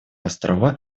острова